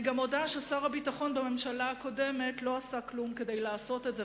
אני גם מודה ששר הביטחון בממשלה הקודמת לא עשה כלום כדי לעשות את זה,